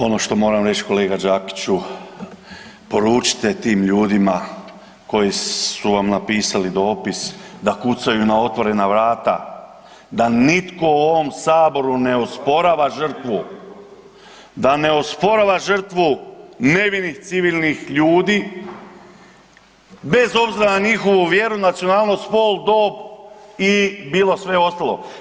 Ono što moram reći kolega Đakiću poručite tim ljudima koji su vam napisali dopis da kucaju na otvorena vrata, da nitko u ovom Saboru ne osporava žrtvu, da ne osporava žrtvu nevinih civilnih ljudi, bez obzira na njihovu vjeru, nacionalnost, spol, dob i bilo sve ostalo.